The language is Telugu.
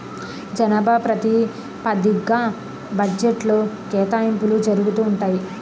జనాభా ప్రాతిపదిగ్గా బడ్జెట్లో కేటాయింపులు జరుగుతూ ఉంటాయి